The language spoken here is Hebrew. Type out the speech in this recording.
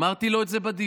אמרתי לו את זה בדיון.